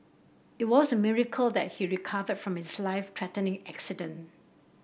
it was a miracle that he recovered from his life threatening accident